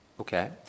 Okay